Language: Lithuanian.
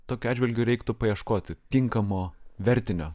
tokiu atžvilgiu reiktų paieškoti tinkamo vertinio